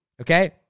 okay